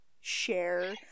share